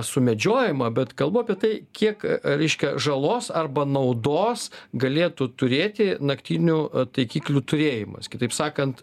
sumedžiojamą bet kalbu apie tai kiek reiškia žalos arba naudos galėtų turėti naktinių taikiklių turėjimas kitaip sakant